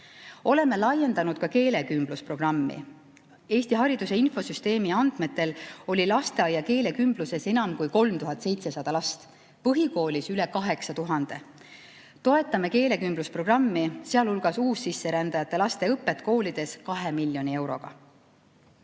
Oleme laiendanud ka keelekümblusprogrammi. Eesti Hariduse Infosüsteemi andmetel oli lasteaia keelekümbluses enam kui 3700 last, põhikoolis üle 8000. Toetame keelekümblusprogrammi, sealhulgas uussisserändajate laste õpet koolides 2 miljoni euroga.